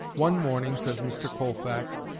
one morning, says mr. colfax,